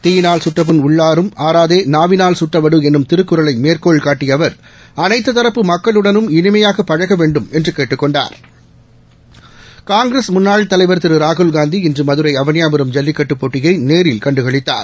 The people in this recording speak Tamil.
தீயினால் சுட்டப்புண் உள்ளாறும் ஆறாதே நாவினால் சுட்ட வடு என்னும் திருக்குறளை மேற்கோள் காட்டிய அவர் அனைத்துத் தரப்பு மக்களுடனும் இனிமையாக பழக வேண்டும் என்று கேட்டுக் கொண்டார் காங்கிரஸ் முன்னாள் தலைவர் திரு ராகுல் காந்தி இன்று மதுரை அவனியாபுரம் ஜல்லிக்கட்டு போட்டியை நேரில் கண்டுகளித்தார்